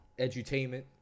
Edutainment